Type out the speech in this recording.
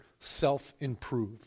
self-improve